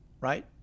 right